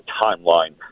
timeline